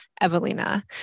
Evelina